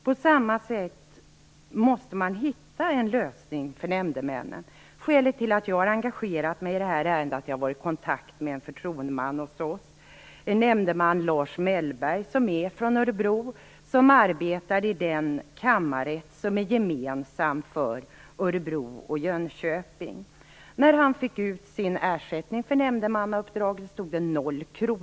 På samma sätt måste man hitta en lösning för nämndemännen. Skälet till att jag har engagerat mig i det här ärendet är att jag har varit kontakt med en förtroendeman, en nämndeman Lars Mellberg, som är från Örebro. Han arbetar i den kammarrätt som är gemensam för Örebro och Jönköping. När han fick ut sin ersättning för nämndemannauppdraget stod det noll kr.